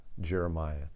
Jeremiah